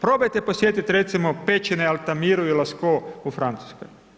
Probajte posjetit recimo, pećine Altamiru i Lascaux u Francuskoj.